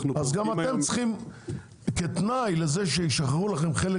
אז גם אתם צריכים כתנאי לזה שישחררו לכם חלק